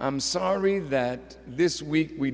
i'm sorry that this we